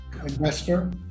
investor